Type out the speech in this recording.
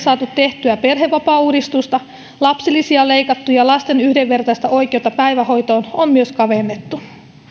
saatu tehtyä perhevapaauudistusta lapsilisiä on leikattu ja lasten yhdenvertaista oikeutta päivähoitoon on myös kavennettu